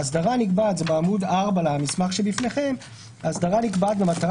שכתוב בעמ' 4 במסמך שלפניכם: "האסדרה נקבעת במטרה